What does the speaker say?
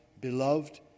beloved